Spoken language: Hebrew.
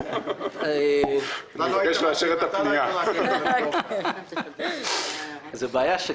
אני מציע לבדוק את הדבר הזה בפועל כי אנחנו צריכים לראות שמספר